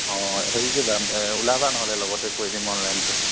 অঁ হেৰি কৰিবা এ ওলাবা নহ'লে লগত কৰি দিম অনলাইনতো